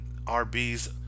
rb's